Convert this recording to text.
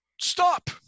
stop